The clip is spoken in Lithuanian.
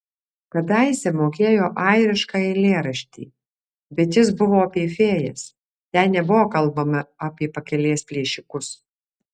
kadaise mokėjo airišką eilėraštį bet jis buvo apie fėjas ten nebuvo kalbama apie pakelės plėšikus